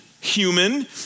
human